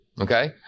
Okay